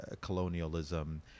colonialism